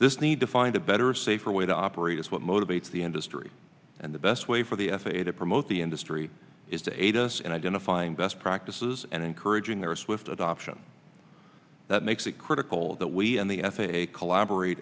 this need to find a better safer way to operate is what motivates the industry and the best way for the f a a to promote the industry is a just and identifying best practices and encouraging their swift adoption that makes it critical that we and the f a a collaborate